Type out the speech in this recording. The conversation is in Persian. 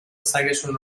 سگشون